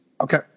Okay